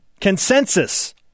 consensus